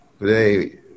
today